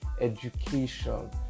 education